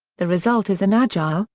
the result is an agile,